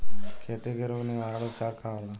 खेती के रोग निवारण उपचार का होला?